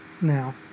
now